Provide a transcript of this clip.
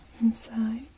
inside